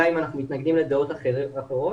גם אם אנחנו מתנגדים לדעות אחרות.